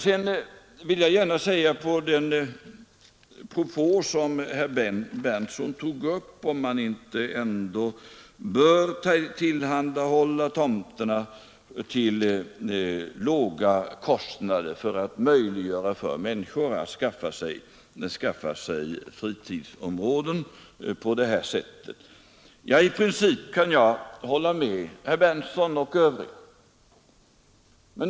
Sedan gjorde herr Berndtson i Linköping den propån huruvida man inte ändå bör tillhandahålla tomterna till låga kostnader, så att människor får möjligheter att skaffa sig fritidsställen. Jo, i princip håller jag med herr Berndtson och andra talare om det.